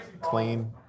clean